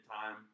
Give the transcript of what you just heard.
time